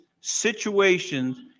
situations